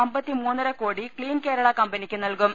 അമ്പത്തിമൂന്നര കോടി ക്സീൻ കേരളാ കമ്പനിക്ക് നൽകും